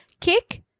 kick